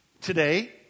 today